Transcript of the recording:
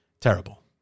terrible